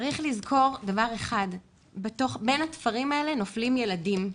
צריך לזכור שבין התפרים האלה נופלים ילדים,